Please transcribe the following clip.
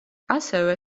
ასევე